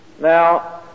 Now